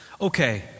Okay